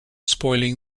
spoiling